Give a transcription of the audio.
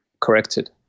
corrected